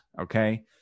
Okay